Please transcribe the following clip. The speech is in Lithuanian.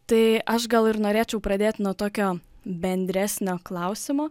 tai aš gal ir norėčiau pradėt nuo tokio bendresnio klausimo